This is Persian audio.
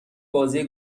بازی